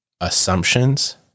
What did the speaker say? assumptions